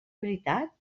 veritat